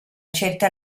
certa